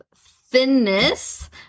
thinness